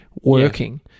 working